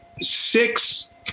six